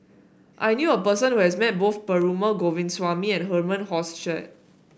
I knew a person who has met both Perumal Govindaswamy and Herman Hochstadt